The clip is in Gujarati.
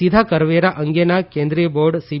સીધા કરવેરા અંગેના કેન્દ્રિય બોર્ડ સી